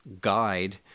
guide